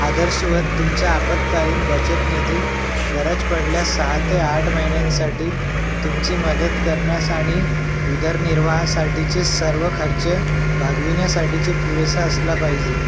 आदर्शवत तुमचा आपत्कालीन बचत निधी गरज पडल्यास सहा ते आठ महिन्यांसाठी तुमची मदत करण्यास आणि उदरनिर्वाहासाठीचे सर्व खर्च भागविण्यासाठीचे पुरेसा असला पाहिजे